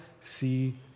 see